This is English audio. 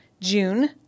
june